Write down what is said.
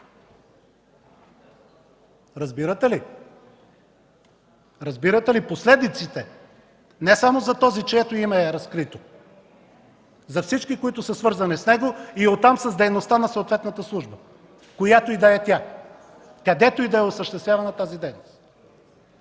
Разбирате ли? Разбирате ли последиците не само за този, чието име е разкрито, а за всички, свързани с него, и оттам с дейността на съответната служба, която и да е тя, където и да е осъществявана дейността?